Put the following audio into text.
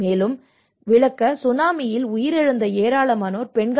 மேலும் விளக்க சுனாமியில் உயிர் இழந்த ஏராளமானோர் பெண்